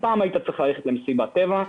פעם היית צריך ללכת למסיבת טבע,